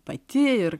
pati ir